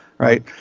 Right